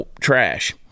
trash